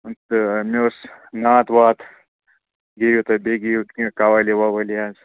وۄنۍ تہٕ مےٚ ٲسۍ نعت وات گیٚیو تُہۍ بیٚیہِ گیٚیو کیٚنٛہہ کَوالی وَوالی حظ